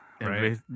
Right